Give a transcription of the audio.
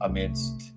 Amidst